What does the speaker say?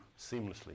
seamlessly